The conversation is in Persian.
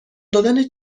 دادن